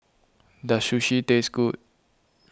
does Sushi taste good